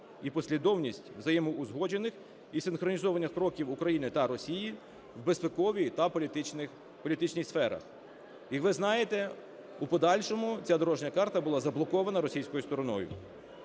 і послідовність взаємоузгоджених і синхронізованих кроків України та Росії в безпековій та політичній сферах. І ви знаєте, у подальшому ця дорожня карта була заблокована російською стороною.